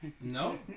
No